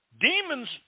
demons